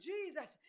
Jesus